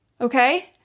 okay